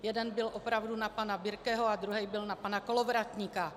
Jeden byl opravdu na pana Birkeho a druhý na pana Kolovratníka.